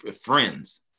friends